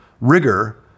rigor